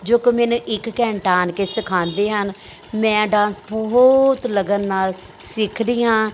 ਜੋ ਕਿ ਮੈਨੇ ਇੱਕ ਘੰਟਾ ਆਣ ਕੇ ਸਿਖਾਉਂਦੇ ਹਨ ਮੈਂ ਡਾਂਸ ਬਹੁਤ ਲਗਨ ਨਾਲ ਸਿੱਖਦੀ ਹਾਂ